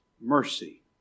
mercy